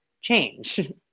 change